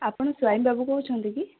ଆପଣ ସ୍ୱାଇଁ ବାବୁ କହୁଛନ୍ତି କି